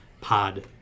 pod